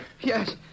Yes